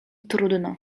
trudno